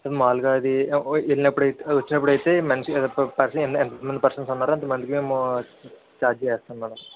మాములుగా అది వెళ్ళినప్పుడై వచ్చినప్పుడైతే మనిషి పెర్సన్ ఎంతమంది పర్సన్స్ ఉన్నారో అంత మందికి మేము ఛార్జ్ చేస్తాం మేడం